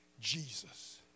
Jesus